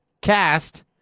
Cast